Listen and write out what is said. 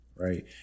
Right